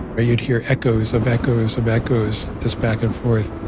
ah you'd hear echoes of echoes of echoes just back and forth.